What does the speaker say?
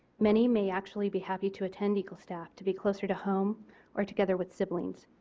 many may actually be happy to attend eagle staff to be closer to home or together with siblings.